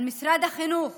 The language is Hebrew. על משרד החינוך